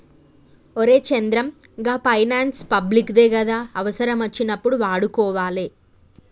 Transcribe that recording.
ఒరే చంద్రం, గా finance public దే గదా, అవుసరమచ్చినప్పుడు వాడుకోవాలె